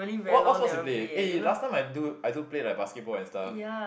what what sports you play eh last time I do I do play like basketball and stuff